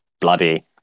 bloody